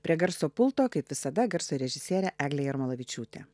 prie garso pulto kaip visada garso režisierė eglė jarmolavičiūtė